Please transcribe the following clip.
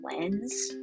lens